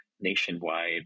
nationwide